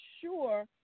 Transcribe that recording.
sure